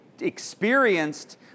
experienced